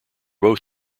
both